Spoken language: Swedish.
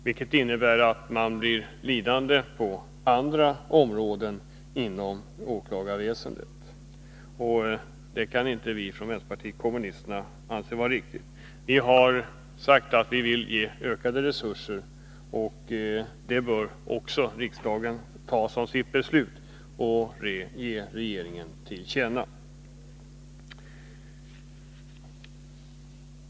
Det innebär att man blir lidande på andra områden inom åklagarväsendet. Det kan inte vi från vänsterpartiet kommunisterna anse vara riktigt. Vi vill ge ökade resurser, vilket också bör bli riksdagens beslut att ge regeringen till känna.